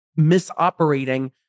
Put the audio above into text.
misoperating